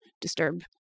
disturb